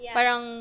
Parang